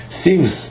seems